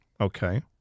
Okay